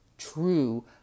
true